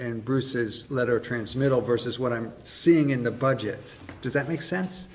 and bruce is letter transmittal versus what i'm seeing in the budget does that make sense